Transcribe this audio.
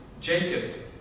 Jacob